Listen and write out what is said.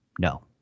No